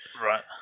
Right